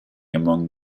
among